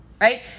right